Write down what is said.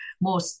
more